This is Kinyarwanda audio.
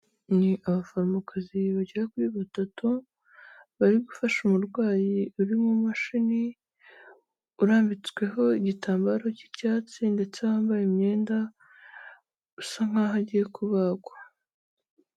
Ni abaforomokazi bagera kuri batatu, bari gufasha umurwayi uri mu mashini , urambitsweho igitambaro cy'icyatsi ndetse wambaye imyenda usa nkaho agiye kubagwa.